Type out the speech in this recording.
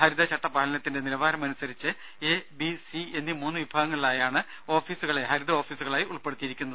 ഹരിത ചട്ട പാലനത്തിന്റെ നിലവാരമനുസരിച്ച് എബിസി എന്നീ മൂന്ന് വിഭാഗങ്ങളിലായാണ് ഓഫീസുകളെ ഹരിത ഓഫീസുകളായി ഉൾപ്പെടുത്തിയിരിക്കുന്നത്